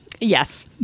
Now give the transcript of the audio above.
Yes